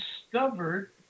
discovered